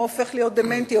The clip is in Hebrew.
או הופך להיות דמנטי,